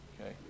okay